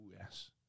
yes